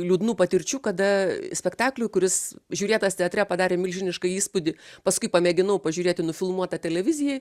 liūdnų patirčių kada spektakliui kuris žiūrėtas teatre padarė milžinišką įspūdį paskui pamėginau pažiūrėti nufilmuotą televizijai